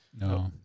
No